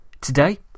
today